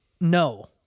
No